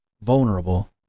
vulnerable